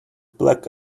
black